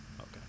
Okay